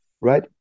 right